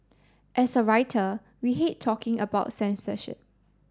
as a writer we hate talking about censorship